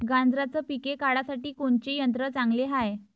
गांजराचं पिके काढासाठी कोनचे यंत्र चांगले हाय?